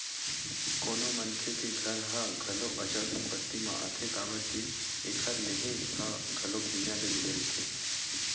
कोनो मनखे के घर ह घलो अचल संपत्ति म आथे काबर के एखर नेहे ह घलो भुइँया ले जुड़े रहिथे